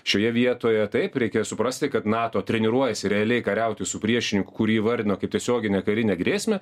šioje vietoje taip reikia suprasti kad nato treniruojasi realiai kariauti su priešininku kurį įvardino kaip tiesioginę karinę grėsmę